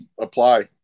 apply